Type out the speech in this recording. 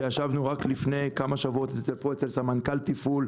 שרק לפני כמה שבועות ישבנו אצל סמנכ"ל תפעול,